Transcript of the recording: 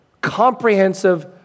comprehensive